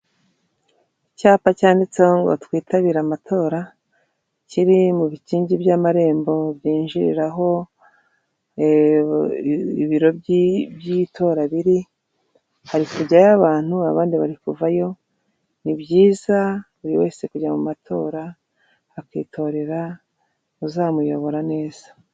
Icyapa cyanditseho ngo twitabire amatora, kiri mu bikingi by'amarembo byinjiriraho ibiro by'itora biri, hari kujyayo abantu abandi bari kuvayo ni byiza, buri wese ari kujyayo mu matora akitorera uzamuyobora neza.